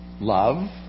love